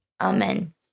Amen